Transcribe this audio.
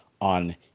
on